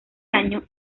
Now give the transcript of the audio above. año